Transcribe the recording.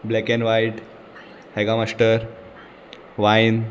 black and white हेगा master वायन